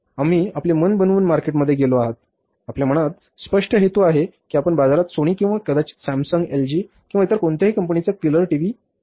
आम्ही आपले मन बनवून मार्केटमध्ये गेलो आहोत आपल्या मनात स्पष्ट हेतू आहे की आपण बाजारात सोनी किंवा कदाचित सॅमसंग एलजी किंवा इतर कोणत्याही कंपनीचा कलर टीव्ही खरेदी करायला जातो